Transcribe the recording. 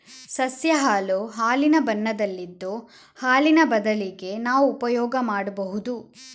ಸಸ್ಯ ಹಾಲು ಹಾಲಿನ ಬಣ್ಣದಲ್ಲಿದ್ದು ಹಾಲಿನ ಬದಲಿಗೆ ನಾವು ಉಪಯೋಗ ಮಾಡ್ಬಹುದು